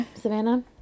Savannah